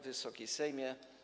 Wysoki Sejmie!